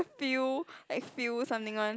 feel like feel something [one]